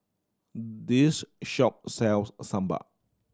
this shop sells sambal